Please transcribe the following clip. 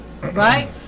Right